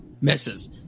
misses